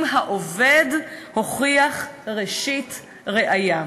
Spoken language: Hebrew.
אם העובד הוכיח ראשית ראיה.